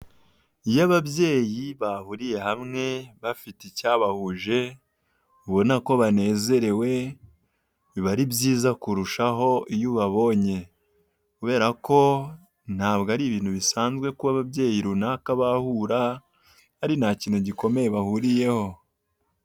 Iyo ababyeyi bahuriye hamwe bafite icyabahuje ubona ko banezerewe biba ari byiza kurushaho iyo ubabonye, kubera ko ntabwo ari ibintu bisanzwe kuba ababyeyi runaka bahura ari nta kintu gikomeye bahuriyeho.